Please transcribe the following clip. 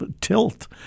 tilt